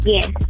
Yes